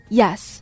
yes